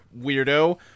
weirdo